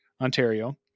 Ontario